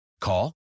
Call